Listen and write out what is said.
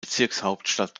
bezirkshauptstadt